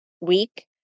week